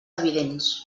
evidents